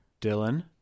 Dylan